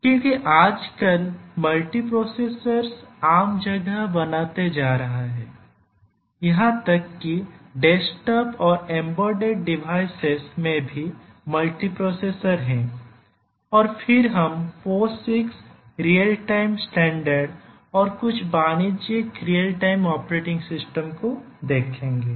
क्योंकि आजकल मल्टीप्रोसेसर्स आम जगह बनाते जा रहे हैं यहां तक कि डेस्कटॉप और एम्बेडेड डिवाइसेस में भी मल्टीप्रोसेसर हैं और फिर हम पोसीक्स रियल टाइम स्टैंडर्ड और कुछ वाणिज्यिक रियल टाइम ऑपरेटिंग सिस्टम को देखेंगे